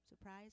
Surprise